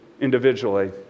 individually